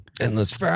Endless